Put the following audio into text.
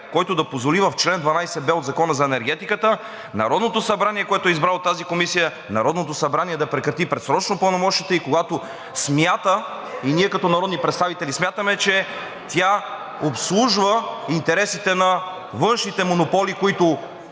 който да позволи в чл. 12б от Закона за енергетиката Народното събрание, което е избрало тази комисия, да прекрати предсрочно пълномощията ѝ, когато ние като народни представители смятаме, че тя обслужва интересите на външните монополи, които